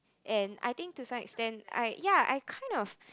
and I think to some extent I ya I kind of